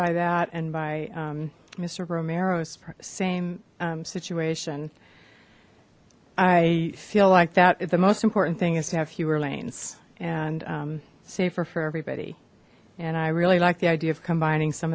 by that and by mister romero same situation i feel like that the most important thing is to have fewer lanes and safer for everybody and i really like the idea of combining some